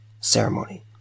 ceremony